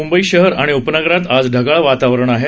मुंबई शहर आणि उपनगरात आज ढगाळ वातावरण आहे